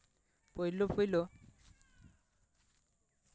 ᱯᱳᱭᱞᱳ ᱯᱳᱭᱞᱳ